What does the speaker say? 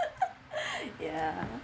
ya